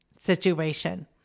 situation